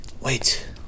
Wait